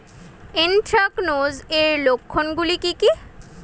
Anthracnose এর লক্ষণ গুলো কি কি?